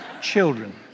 children